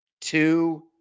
two